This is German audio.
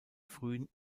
frühen